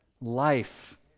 life